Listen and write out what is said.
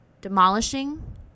demolishing